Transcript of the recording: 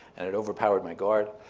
and it overpowered my guard.